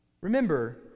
Remember